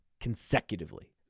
consecutively